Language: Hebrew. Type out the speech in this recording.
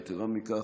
יתרה מכך,